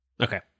Okay